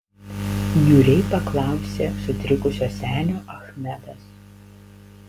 niūriai paklausė sutrikusio senio achmedas